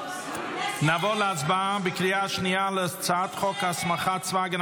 נעבור להצבעה בקריאה שנייה על הצעת חוק הסמכת צבא הגנה